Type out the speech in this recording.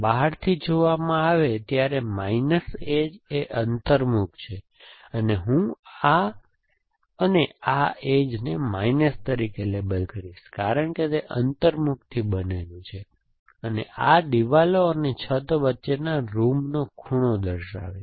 બહારથી જોવામાં આવે ત્યારે માઈનસ એજ એ અંતર્મુખ છે અને હું આ અને આ એજને માઈનસ તરીકે લેબલ કરીશ કારણ કે તે અંતર્મુખથી બનેલું છે આ દિવાલો અને છત વચ્ચેના રૂમનો ખૂણો દર્શાવે છે